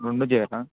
రెండు చేయాల